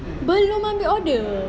belum ambil order